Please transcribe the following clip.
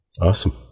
Awesome